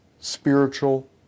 spiritual